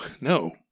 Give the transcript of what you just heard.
no